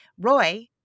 Roy